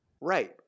Right